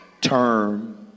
term